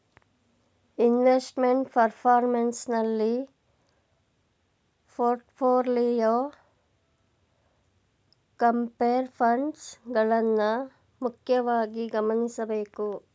investment performance ನಲ್ಲಿ portfolio, compare funds ಗಳನ್ನ ಮುಖ್ಯವಾಗಿ ಗಮನಿಸಬೇಕು